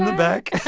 back.